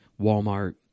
Walmart